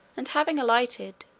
and having alighted,